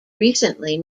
recently